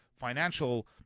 financial